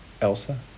Elsa